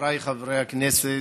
חבריי חברי הכנסת,